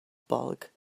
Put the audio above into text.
bulk